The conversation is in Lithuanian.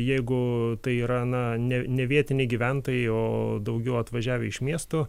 jeigu tai yra na ne ne vietiniai gyventojai o daugiau atvažiavę iš miesto